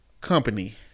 company